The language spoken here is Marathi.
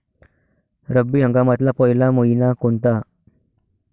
रब्बी हंगामातला पयला मइना कोनता?